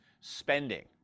spending